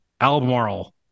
Albemarle